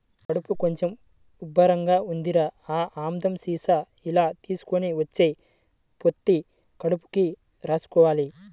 కడుపు కొంచెం ఉబ్బసంగా ఉందిరా, ఆ ఆముదం సీసా ఇలా తీసుకొని వచ్చెయ్, పొత్తి కడుపుకి రాసుకోవాల